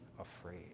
afraid